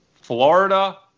Florida